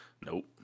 nope